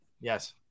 Yes